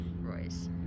Royce